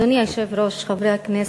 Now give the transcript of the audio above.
אדוני היושב-ראש, חברי הכנסת,